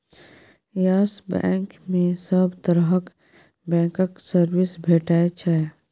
yes Bank मे सब तरहक बैंकक सर्विस भेटै छै